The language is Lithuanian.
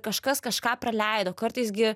kažkas kažką praleido kartais gi